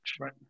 Right